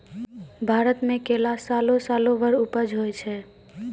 भारत मे केला सालो सालो भर उपज होय छै